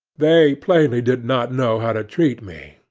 they plainly did not know how to treat me,